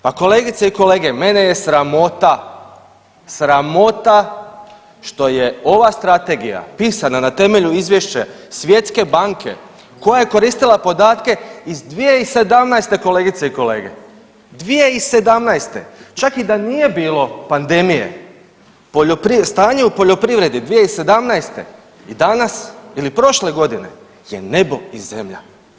Pa kolegice i kolege, mene je sramota, sramota što je ova strategija pisana na temelju izvješća Svjetske banke koja je koristila podatke iz 2017. kolegice i kolege, 2017., čak i da nije bilo pandemije stanje u poljoprivredi 2017. i danas ili prošle godine je nebo i zemlja.